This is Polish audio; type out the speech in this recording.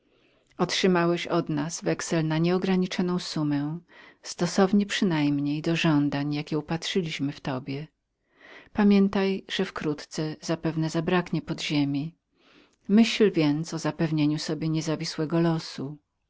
otrzymałeś od nas wexel na nieograniczoną summę stosownie przynajmniej do żądań jakie upatrzyliśmy w tobie pamiętaj że wkrótce zapewne zabraknie podziemi myśl więc o zapewnieniu sobie niezawisłego losu